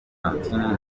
argentine